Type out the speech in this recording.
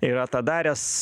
yra tą daręs